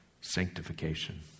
sanctification